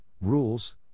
rules